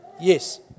Yes